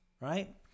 right